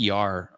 PR